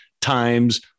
times